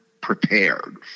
prepared